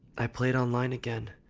i played online again.